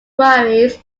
queries